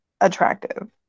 attractive